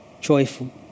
joyful